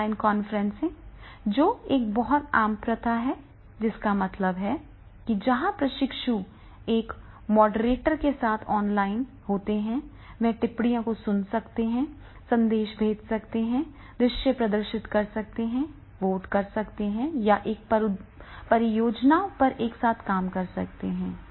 online conferencing जो एक बहुत ही आम प्रथा है जिसका मतलब है कि जहां प्रशिक्षु एक मॉडरेटर के साथ ऑनलाइन होते हैं वे टिप्पणियों को सुन सकते हैं संदेश भेज सकते हैं दृश्य प्रदर्शित कर सकते हैं वोट कर सकते हैं या एक परियोजना पर एक साथ काम कर सकते हैं